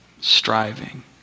striving